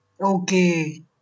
Okay